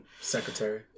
secretary